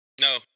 no